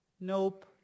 Nope